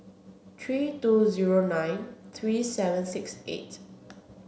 three two zero nine three seven six eight